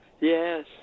Yes